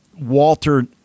Walter